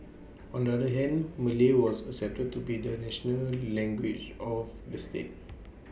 on the other hand Malay was accepted to be the national language of the state